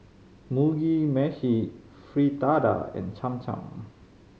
Mugi Meshi Fritada and Cham Cham